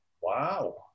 wow